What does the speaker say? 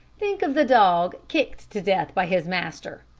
think of the dog kicked to death by his master,